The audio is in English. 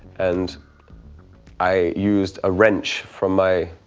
and i used a wrench from my